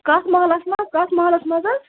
کَتھ مَحلَس منٛز کَتھ مَحلَس منٛز حظ